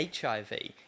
HIV